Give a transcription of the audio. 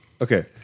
Okay